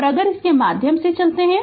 तो अगर इसके माध्यम से चलते है